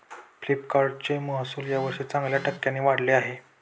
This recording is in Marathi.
फ्लिपकार्टचे महसुल यावर्षी चांगल्या टक्क्यांनी वाढले आहे